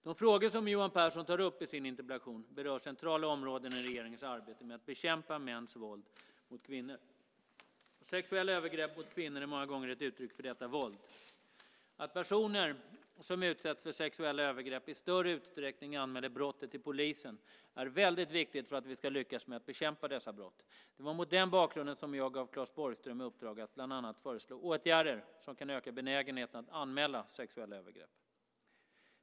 De frågor som Johan Pehrson tar upp i sin interpellation berör centrala områden i regeringens arbete med att bekämpa mäns våld mot kvinnor. Sexuella övergrepp mot kvinnor är många gånger ett utryck för detta våld. Att personer som utsätts för sexuella övergrepp i större utsträckning anmäler brottet till polisen är väldigt viktigt för att vi ska lyckas med att bekämpa dessa brott. Det var mot den bakgrunden som jag gav Claes Borgström i uppdrag att bland annat föreslå åtgärder som kan öka benägenheten att anmäla sexuella övergrepp.